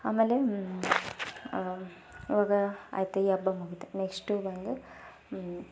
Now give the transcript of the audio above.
ಆಮೇಲೆ ಇವಾಗ ಆಯಿತು ಈ ಹಬ್ಬ ಮುಗಿಯಿತು ನೆಕ್ಸ್ಟು ಬಂದು